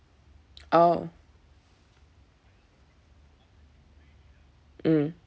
oh mm